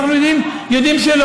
אנחנו יודעים שלא,